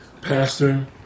Pastor